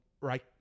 Right